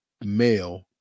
male